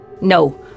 No